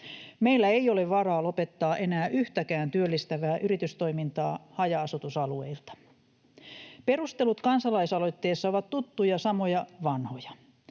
Meillä ei ole varaa lopettaa enää yhtäkään työllistävää yritystoimintaa haja-asutusalueilta. Perustelut kansalaisaloitteessa ovat tuttuja samoja vanhoja: